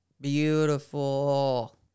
Beautiful